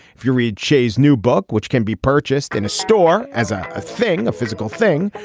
if you read shays new book which can be purchased in a store as ah a thing a physical thing.